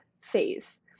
phase